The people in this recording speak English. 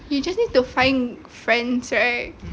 you just need to find friends right